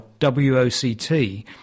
WOCT